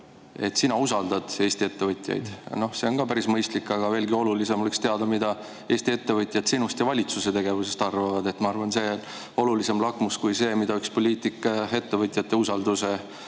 et sina usaldad Eesti ettevõtjaid. No see on ka päris mõistlik, aga veelgi olulisem oleks teada, mida Eesti ettevõtjad sinust ja valitsuse tegevusest arvavad. Ma arvan, et see on olulisem lakmus kui see, mida üks poliitik ettevõtjate usaldamisest